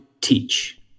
teach